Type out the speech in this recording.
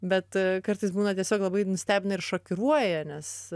bet kartais būna tiesiog labai nustebina ir šokiruoja nes